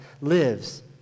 lives